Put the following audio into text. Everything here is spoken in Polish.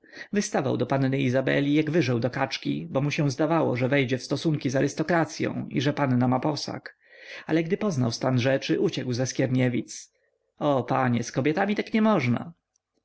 wystawał do panny izabeli jak wyżeł do kaczki bo mu się zdawało że wejdzie w stosunki z arystokracyą i że panna ma posag ale gdy poznał stan rzeczy uciekł ze skierniewic o panie z kobietami tak niemożna